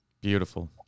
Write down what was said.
Beautiful